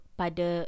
pada